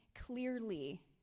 clearly